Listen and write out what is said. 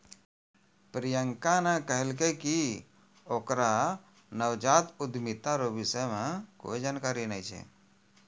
प्रियंका ने कहलकै कि ओकरा नवजात उद्यमिता रो विषय मे कोए जानकारी नै छै